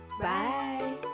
bye